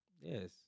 Yes